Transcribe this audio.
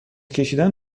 کشیدن